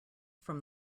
from